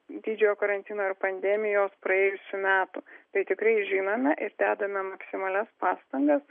didžiojo karantino ir pandemijos praėjusių metų tai tikrai žinome ir dedame maksimalias pastangas